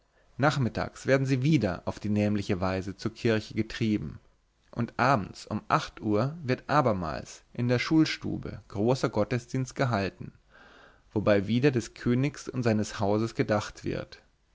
nachmittags werden sie wieder auf die nämliche weise zur kirche getrieben und abends um acht uhr wird abermals in der schulstube großer gottesdienst gehalten wobei wieder des königs und seines hauses gedacht wird